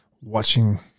watching